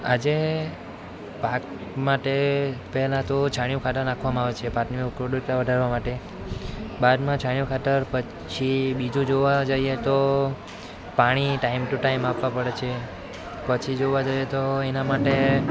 આજે પાક માટે પહેલાં તો છાણિયું ખાતર નાખવામાં આવે છે પાકની ઉત્પાદકતા વધારવા માટે બાદમાં છાણિયું ખાતર પછી બીજું જોવા જઈએ તો પાણી ટાઈમ ટુ ટાઈમ આપવા પડે છે પછી જોવા જઈએ તો એના માટે